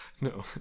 No